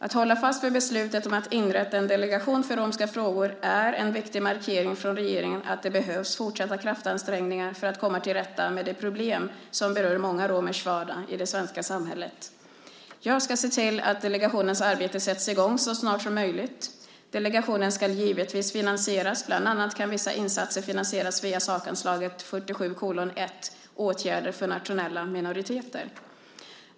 Att hålla fast vid beslutet om att inrätta en delegation för romska frågor är en viktig markering från regeringen att det behövs fortsatta kraftansträngningar för att komma till rätta med de problem som berör många romers vardag i det svenska samhället. Jag ska se till att delegationens arbete sätts i gång så snart som möjligt. Delegationen ska givetvis finansieras, och bland annat kan vissa insatser finansieras via sakanslaget 47:1 Åtgärder för nationella minoriteter.